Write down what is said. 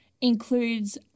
includes